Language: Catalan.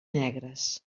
negres